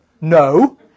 No